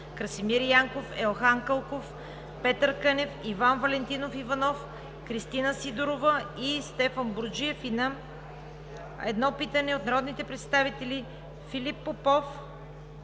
Красимир Янков; Елхан Кълков; Петър Кънев; Иван Валентинов Иванов; Кристина Сидорова; и Стефан Бурджев, и на едно питане от народните представители Филип Попов,